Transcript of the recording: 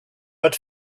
but